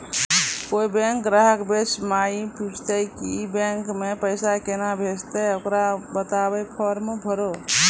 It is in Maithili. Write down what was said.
कोय बैंक ग्राहक बेंच माई पुछते की बैंक मे पेसा केना भेजेते ते ओकरा बताइबै फॉर्म भरो